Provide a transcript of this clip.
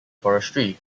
forestry